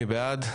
מי בעד?